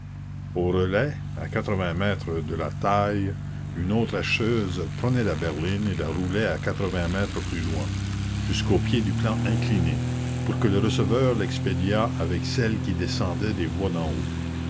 au relais à quatre-vingts mètres de la taille une autre herscheuse prenait la berline et la roulait à quatre-vingts mètres plus loin jusqu'au pied du plan incliné pour que le receveur l'expédiât avec celles qui descendaient des voies d'en haut